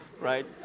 right